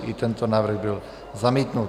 I tento návrh byl zamítnut.